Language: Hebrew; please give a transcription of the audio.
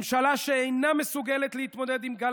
ממשלה שאינה מסוגלת להתמודד עם גל